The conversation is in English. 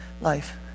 life